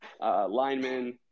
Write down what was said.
linemen